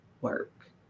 work